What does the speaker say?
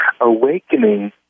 awakening